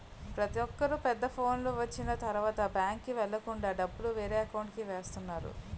ప్రతొక్కరు పెద్ద ఫోనులు వచ్చిన తరువాత బ్యాంకుకి వెళ్ళకుండా డబ్బులు వేరే అకౌంట్కి వేస్తున్నారు